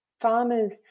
farmers –